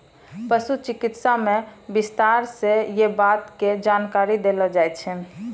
पशु चिकित्सालय मॅ विस्तार स यै बात के जानकारी देलो जाय छै